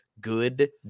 good